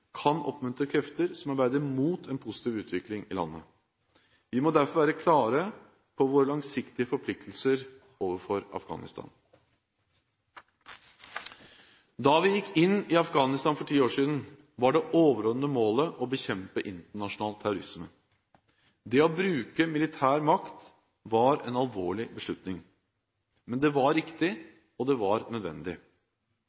kan oppmuntre krefter som arbeider mot en positiv utvikling i landet. Vi må derfor være klare på våre langsiktige forpliktelser overfor Afghanistan. Da vi gikk inn i Afghanistan for ti år siden, var det overordnede målet å bekjempe internasjonal terrorisme. Det å bruke militær makt var en alvorlig beslutning, men det var riktig,